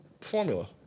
formula